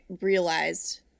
realized